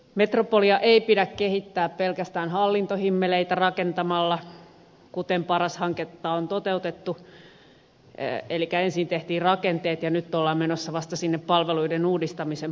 metropolia ei pidä kehittää pelkästään hallintohimmeleitä rakentamalla kuten paras hanketta on toteutettu elikkä ensin tehtiin rakenteet ja nyt ollaan menossa vasta sinne palveluiden uudistamisen puolelle